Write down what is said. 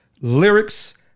lyrics